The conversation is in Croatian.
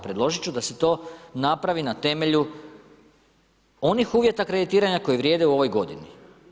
Predložit ću da se to napravi na temelju onih uvjeta kreditiranja koji vrijede u ovoj godini.